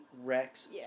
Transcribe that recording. Rex